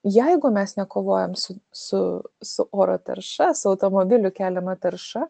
jeigu mes nekovojam su su su oro tarša su automobilių keliama tarša